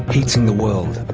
heating the world.